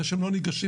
זה הם שלא ניגשים,